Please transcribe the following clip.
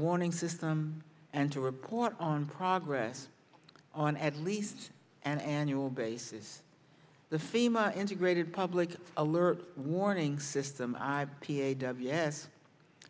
warning system and to report on progress on at least an annual basis the fema integrated public alert warning system i p a does yes